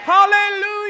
Hallelujah